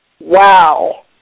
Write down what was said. wow